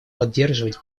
поддерживать